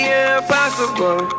impossible